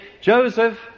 Joseph